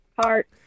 Heart